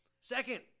Second